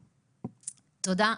תודה.